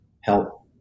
help